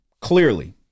clearly